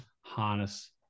harness